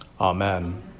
Amen